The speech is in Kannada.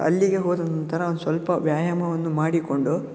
ಅಲ್ಲಿಗೆ ಹೋದ ನಂತರ ಒಂದು ಸ್ವಲ್ಪ ವ್ಯಾಯಾಮವನ್ನು ಮಾಡಿಕೊಂಡು